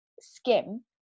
skim